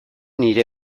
nire